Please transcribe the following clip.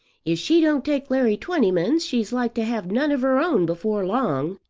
if she don't take larry twentyman's she's like to have none of her own before long.